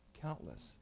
Countless